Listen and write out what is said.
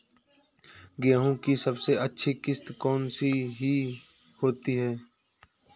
गेहूँ की सबसे अच्छी किश्त कौन सी होती है?